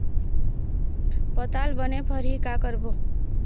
पताल बने फरही का करबो?